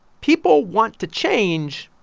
people want to change.